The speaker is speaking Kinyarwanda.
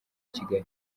kigali